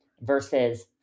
versus